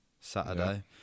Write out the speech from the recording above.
Saturday